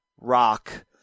Rock